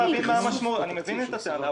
אני מבין את הטענה,